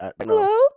hello